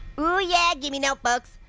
oh yeah! give me notebooks.